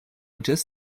just